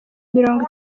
mirongo